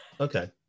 okay